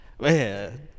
Man